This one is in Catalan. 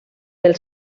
del